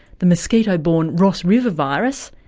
the mosquito-born ross river virus,